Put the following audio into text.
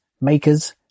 makers